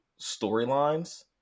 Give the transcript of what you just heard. storylines